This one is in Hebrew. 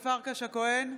הכהן,